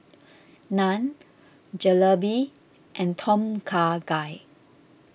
Naan Jalebi and Tom Kha Gai